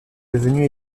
devenue